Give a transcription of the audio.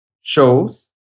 shows